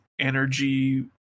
energy